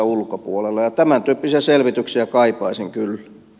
tämäntyyppisiä selvityksiä kaipaisin kyllä